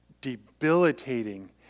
debilitating